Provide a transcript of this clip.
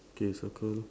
okay circle